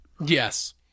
Yes